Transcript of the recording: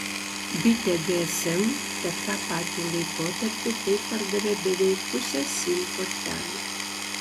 bitė gsm per tą patį laikotarpį taip pardavė beveik pusę sim kortelių